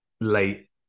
late